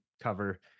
cover